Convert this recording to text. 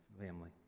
family